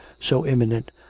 so imminent,